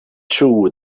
true